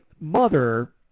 mother